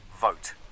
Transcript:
vote